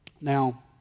Now